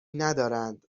ندارند